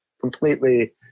completely